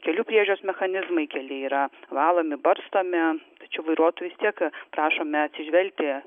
kelių priežiūros mechanizmai keliai yra valomi barstomi tačiau vairuotojų vis tiek prašome atsižvelgti